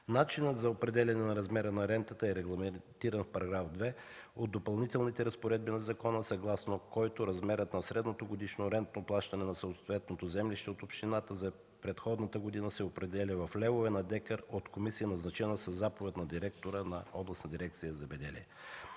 Начинът за определяне на размера на рентата е регламентиран в § 2 от Допълнителните разпоредби на закона, съгласно който размерът на средното годишно рентно плащане на съответното землище от общината за предходната година се определя в левове на декар от комисия, назначена със заповед на директора на Областна дирекция „Земеделие”.